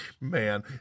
Man